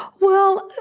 well,